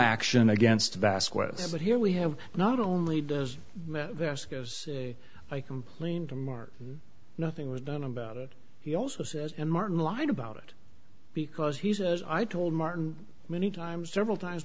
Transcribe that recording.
action against bass quite so but here we have not only does i complained to mark and nothing was done about it he also says and martin lied about it because he says i told martin many times several times